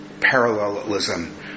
parallelism